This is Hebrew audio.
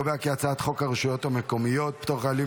חוק הרשויות המקומיות (פטור חיילים,